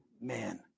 man